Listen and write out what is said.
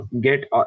get